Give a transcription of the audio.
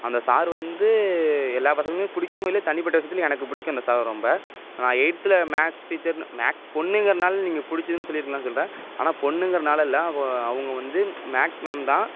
அந்த சாரு வந்து எல்லா பசங்களையும் பிடிக்குமோ இல்லையோ தனிப்பட்ட விஷயத்துல எனக்கு பிடிக்கும் அந்த சார் ரொம்ப நான் எயித்தில் மேக்ஸ் டீச்சர் மேக்ஸ் பொண்ணுங்கர்னால் நீங்கள் பிடிச்சிதுனு சொல்லிருக்கலாம் சொல்லுறேன் ஆனால் பொண்ணுங்கிறனால இல்லை அவோ அவங்க வந்து மேக்ஸ் மேம் தான்